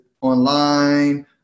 online